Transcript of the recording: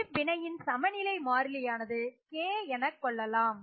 இவ்வினையின் சமநிலை மாறிலியை K எனக்கொள்ளலாம்